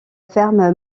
ferme